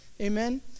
Amen